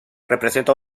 representa